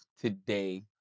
today